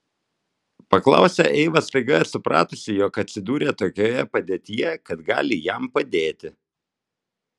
paklausė eiva staiga susipratusi jog atsidūrė tokioje padėtyje kad gali jam padėti